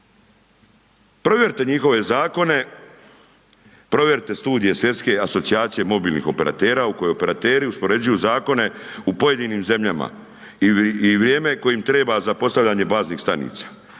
Provjerite njihove zakone, provjerite studije svjetske asocijacije mobilnih operatera u kojoj operateri uspoređuju zakone u pojedinim zemljama i vrijeme koje im treba za postavljanje baznih stanica.